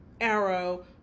Arrow